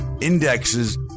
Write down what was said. indexes